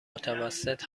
متوسط